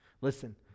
Listen